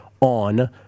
on